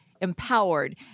empowered